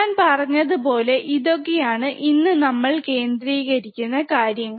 ഞാൻ പറഞ്ഞതുപോലെ ഇതൊക്കെയാണ് ഇന്ന് നമ്മൾ കേന്ദ്രീകരിക്കുന്ന കാര്യങ്ങൾ